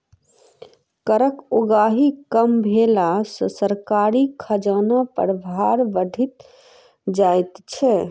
करक उगाही कम भेला सॅ सरकारी खजाना पर भार बढ़ि जाइत छै